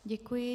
Děkuji.